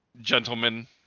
gentlemen